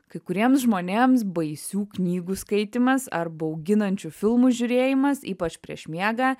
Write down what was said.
kai kuriems žmonėms baisių knygų skaitymas ar bauginančių filmų žiūrėjimas ypač prieš miegą